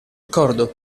accordo